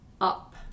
up